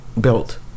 built